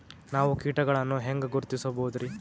ನಾವು ಕೀಟಗಳನ್ನು ಹೆಂಗ ಗುರುತಿಸಬೋದರಿ?